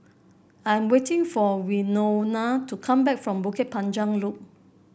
I am waiting for Winona to come back from Bukit Panjang Loop